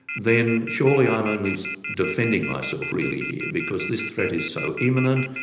then surely i'm only defending myself really here, because this threat is so imminent,